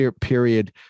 period